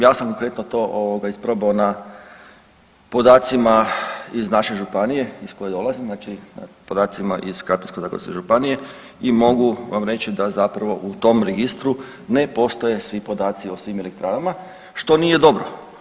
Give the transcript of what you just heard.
Ja sam konkretno to isprobao na podacima iz naše županije iz koje dolazim, znači podacima iz Krapinsko-zagorske županije i mogu vam reći da zapravo u tom registru ne postoje svi podaci o svim elektranama što nije dobro.